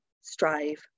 strive